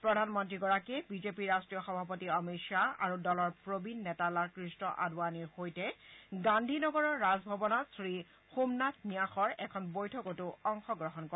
প্ৰধানমন্ত্ৰীগৰাকীয়ে বিজেপিৰ ৰাষ্ট্ৰীয় সভাপতি অমিত খাহ আৰু দলৰ প্ৰবীণ নেতা লালকৃষ্ণ আদৱানিৰ সৈতে গান্ধীনগৰৰ ৰাজভৱনত শ্ৰীসোম নাথ ন্যাসৰ এখন বৈঠকতো অংশগ্ৰহণ কৰে